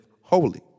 holy